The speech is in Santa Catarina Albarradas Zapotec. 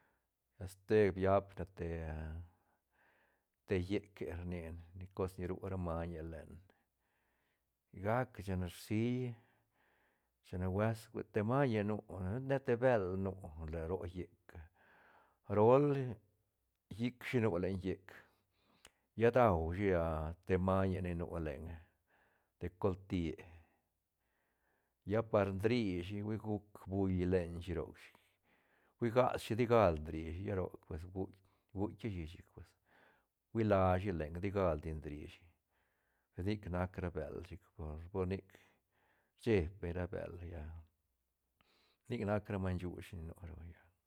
Lla ste biapne te a te lleque rni ne cos ni ru ra mañe lene sigac chi na rsil chi na huesa te mañe nu ne te bël nu ro lleca rol llic shi nu len llec lla daushi a te mañe ni nu lenga te coltie lla par drishi hui guc buil lenshi roc huigas shi digal drishi lla roc pues guit- guitkia shi chic pues huila shi lenga ti galdi ndri shi sic nac ra bël chic por- por nic cheeb beñ ra bël lla nic nac ra maiñ shuuch ni nu ra vaya.